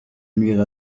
nuire